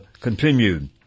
continued